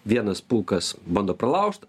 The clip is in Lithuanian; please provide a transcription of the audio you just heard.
vienas pulkas bando pralaužt